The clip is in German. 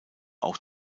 auch